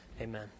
Amen